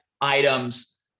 items